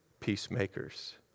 peacemakers